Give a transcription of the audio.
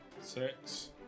Six